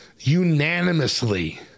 unanimously